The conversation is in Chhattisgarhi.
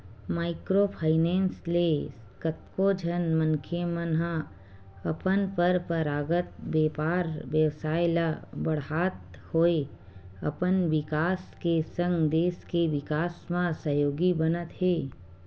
माइक्रो फायनेंस ले कतको झन मनखे मन ह अपन पंरपरागत बेपार बेवसाय ल बड़हात होय अपन बिकास के संग देस के बिकास म सहयोगी बनत हे